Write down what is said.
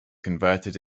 converted